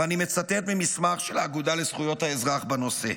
ואני מצטט ממסמך של האגודה לזכויות האזרח בנושא: